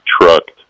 trucked